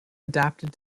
adapted